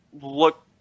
look